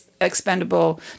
expendable